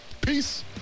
Peace